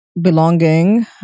belonging